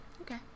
Okay